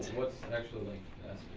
what's actually